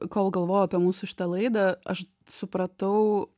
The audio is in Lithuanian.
kol galvojau apie mūsų šitą laidą aš supratau